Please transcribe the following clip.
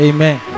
Amen